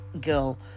girl